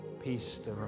Peace